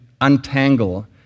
untangle